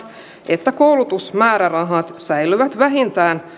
että koulutusmäärärahat säilyvät vähintään